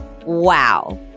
wow